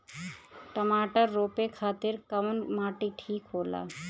टमाटर रोपे खातीर कउन माटी ठीक होला?